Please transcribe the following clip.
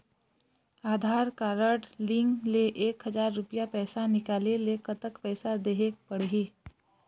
आधार card link ले एक हजार रुपया पैसा निकाले ले कतक पैसा देहेक पड़ही?